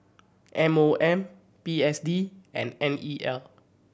M O M P S D and N E L